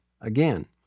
Again